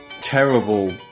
terrible